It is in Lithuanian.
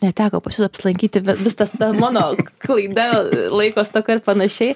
neteko pas jus apsilankyti vis tas mano klaida laiko stoka ir panašiai